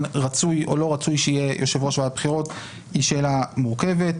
רצוי או לא רצוי שיהיה יושב-ראש ועדת הבחירות היא שאלה מורכבת.